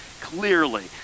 clearly